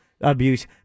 abuse